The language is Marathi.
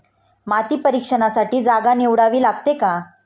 माती परीक्षणासाठी जागा निवडावी लागते का?